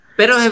pero